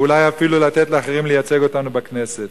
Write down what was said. ואולי אפילו לתת לאחרים לייצג אותנו בכנסת.